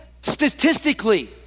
statistically